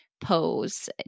pose